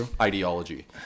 ideology